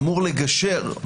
אמור לגשר,